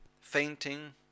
fainting